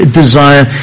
desire